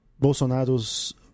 Bolsonaro's